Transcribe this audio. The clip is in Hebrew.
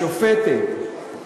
השופטת.